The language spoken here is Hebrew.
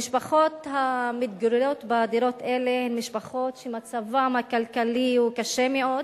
המשפחות המתגוררות בדירות אלה הן משפחות שמצבן הכלכלי הוא קשה מאוד